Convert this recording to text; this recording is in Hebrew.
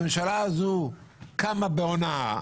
הממשלה הזו קמה בהונאה